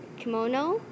kimono